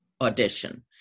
audition